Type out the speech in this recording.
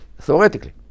theoretically